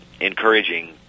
encouraging